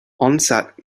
onset